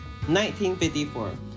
1954